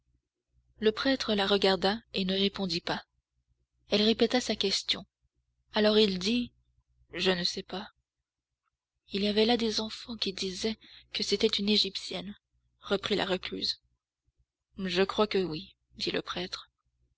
le prêtre la regarda et ne répondit pas elle répéta sa question alors il dit je ne sais pas il y avait là des enfants qui disaient que c'était une égyptienne reprit la recluse je crois qu'oui dit le prêtre